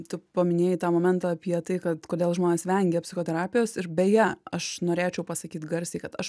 tu paminėjai tą momentą apie tai kad kodėl žmonės vengia psichoterapijos ir beje aš norėčiau pasakyt garsiai kad aš